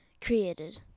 created